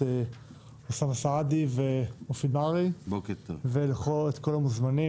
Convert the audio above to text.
אוסאמה סעדי ומופיד מרעי ואת כל המוזמנים,